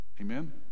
Amen